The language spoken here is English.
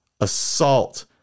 assault